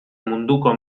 munduko